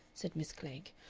said miss klegg.